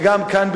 וגם כאן,